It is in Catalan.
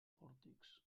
pòrtics